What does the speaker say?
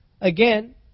Again